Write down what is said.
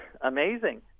amazing